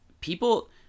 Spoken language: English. people